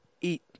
eat